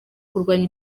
kurwanya